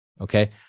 Okay